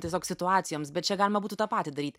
tiesiog situacijoms bet čia galima būtų tą patį daryt